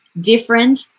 different